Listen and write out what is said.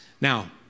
Now